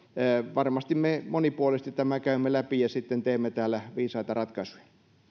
varmasti me monipuolisesti tämän käymme läpi ja sitten teemme täällä viisaita ratkaisuja